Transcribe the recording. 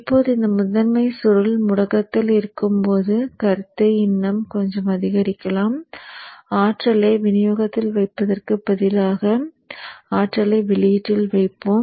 இப்போது இந்த முதன்மை சுருள் முடக்கத்தில் இருக்கும் போது கருத்தை இன்னும் கொஞ்சம் அதிகரிக்கலாம் ஆற்றலை விநியோகத்தில் வைப்பதற்கு பதிலாக ஆற்றலை வெளியீட்டில் வைப்போம்